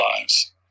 lives